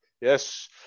Yes